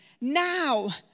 now